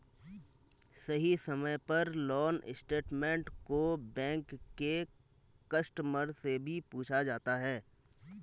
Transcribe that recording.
सही समय पर लोन स्टेटमेन्ट को बैंक के कस्टमर से भी पूछा जाता है